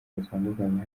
batandukanye